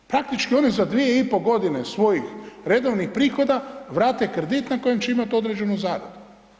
Praktički oni za 2,5 godine svojih redovnih prihoda vrate kredit na kojem će imati određenu zaradu.